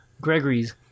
Gregory's